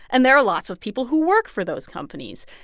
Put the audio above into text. and there are lots of people who work for those companies.